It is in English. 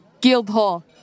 Guildhall